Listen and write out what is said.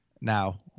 Now